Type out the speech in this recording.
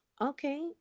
okay